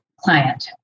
client